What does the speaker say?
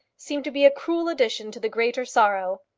seemed to be a cruel addition to the greater sorrow!